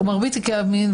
מרבית תיקי המין,